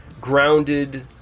grounded